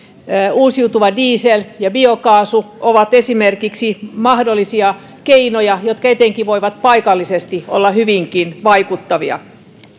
uusiutuva diesel ja biokaasu ovat esimerkiksi mahdollisia keinoja jotka etenkin paikallisesti voivat olla hyvinkin vaikuttavia